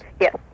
Yes